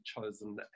chosen